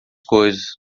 coisas